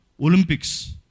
Olympics